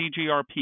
CGRP